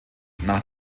nach